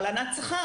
הלנת שכר.